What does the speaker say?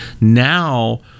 Now